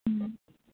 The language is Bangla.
হুম